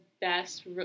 best